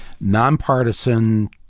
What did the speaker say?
nonpartisan